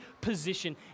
position